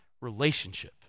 relationship